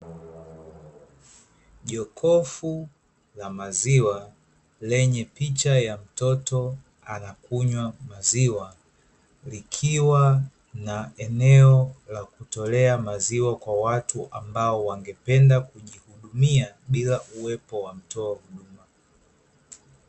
Jokofu la maziwa, lenye picha ya mtoto anakunywa maziwa, likiwa na eneo la kutolea maziwa kwa watu ambao wangependa kujihudumia, bila kuwepo watoa huduma.